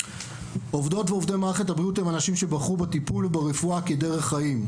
עובדות ועובדי מערכת הבריאות הם אנשים שבחרו בטיפול וברפואה כדרך חיים.